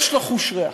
יש לו חוש ריח.